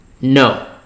No